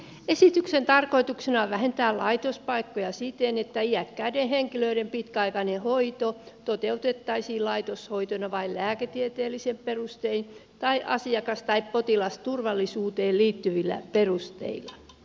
esityksen tarkoituksena on vähentää laitospaikkoja siten että iäkkäiden henkilöiden pitkäaikainen hoito toteutettaisiin laitoshoitona vain lääketieteellisin perustein tai asiakas tai potilasturvallisuuteen liittyvillä perusteilla